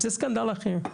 זה סקנדל אחר.